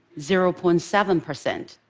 zero point seven percent.